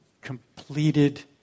completed